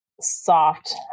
soft